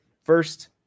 first